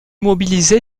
mobilisé